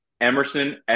Emerson